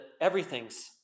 everything's